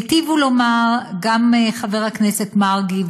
היטיבו לומר גם חבר הכנסת מרגי,